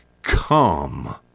Come